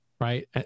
right